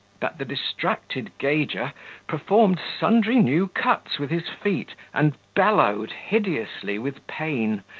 that the distracted gauger performed sundry new cuts with his feet, and bellowed hideously with pain,